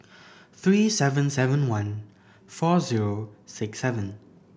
three seven seven one four zero six seven